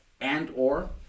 and/or